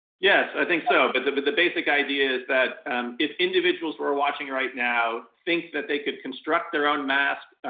yes, i think so. but the but the basic idea is that if individuals were watching right now think that they could construct their own mask